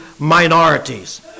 Minorities